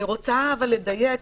אבל אני רוצה לדייק,